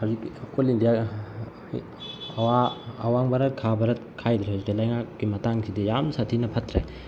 ꯍꯧꯖꯤꯛ ꯑꯣꯜ ꯏꯟꯗꯤꯌꯥꯒꯤ ꯑꯋꯥꯡ ꯚꯥꯔꯠ ꯈꯥ ꯚꯥꯔꯠ ꯈꯥꯏꯗ꯭ꯔꯦ ꯍꯧꯖꯤꯛꯇꯤ ꯂꯩꯉꯥꯛꯀꯤ ꯃꯇꯥꯡꯁꯤꯗꯤ ꯌꯥꯝ ꯁꯥꯊꯤꯅ ꯐꯠꯇ꯭ꯔꯦ